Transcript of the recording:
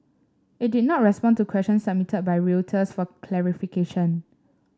it did not respond to question submitted by Reuters for clarification